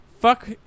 fuck